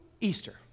Easter